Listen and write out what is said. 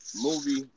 movie